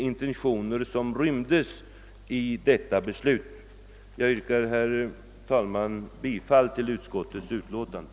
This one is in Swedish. intentioner som rymdes i detta beslut. Jag yrkar, herr talman, bifall till utskottets hemställan.